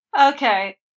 Okay